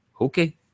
okay